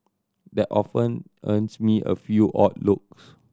that often earns me a few odd looks